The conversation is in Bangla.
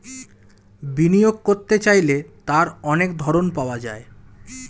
বিনিয়োগ করতে চাইলে তার অনেক ধরন পাওয়া যায়